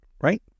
right